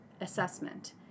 assessment